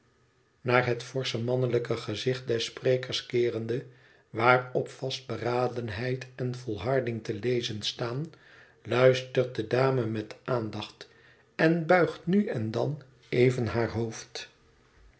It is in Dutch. naar het forsche mannelijke gezicht des sprekers keerende waarop vastberadenheid en volharding te lezen staan luistert de dame met aandacht en buigt nu en dan even haar hoofd